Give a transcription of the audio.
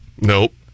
Nope